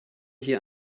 hier